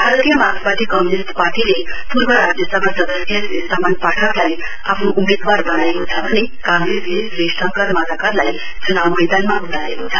भारतीय मार्क्सवादी कम्युनिस्ट पार्टीले पूर्व राज्य सभा सदस्य श्री समन पाठकलाई आफ्नो उम्मेदवार बनाएको छ भने कांग्रेसले श्री शङ्कर मालाकरलाई चुनाउ मैदानमा उतारेको छ